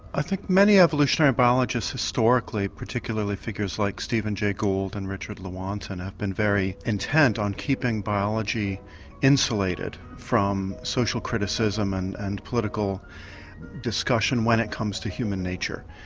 i think many evolutionary biologists historically particularly figures like stephen jay gould and richard lewontin have been very intent on keeping biology insulated from social criticism and and political political discussion when it comes to human nature.